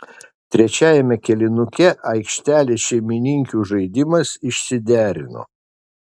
trečiajame kėlinuke aikštelės šeimininkių žaidimas išsiderino